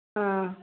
ആ